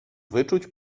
wyczuć